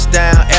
down